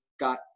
got